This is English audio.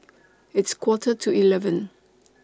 its Quarter to eleven